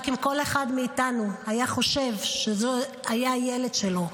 רק אם כל אחד מאיתנו היה חושב שזה היה הילד שלו,